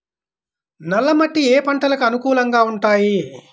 నల్ల మట్టి ఏ ఏ పంటలకు అనుకూలంగా ఉంటాయి?